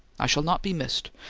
i shall not be missed,